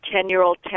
Ten-year-old